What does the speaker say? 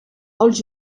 els